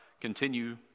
continue